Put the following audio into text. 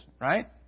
right